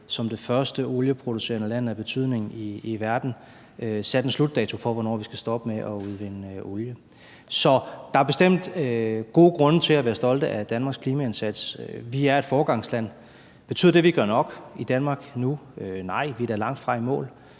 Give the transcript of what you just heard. som det første olieproducerende land af betydning i verden sat en slutdato for, hvornår vi skal stoppe med at udvinde olie. Så der er bestemt gode grunde til at være stolte af Danmarks klimaindsats. Vi er et foregangsland. Betyder det, at vi gør nok i Danmark? Nej, vi er da langtfra i mål.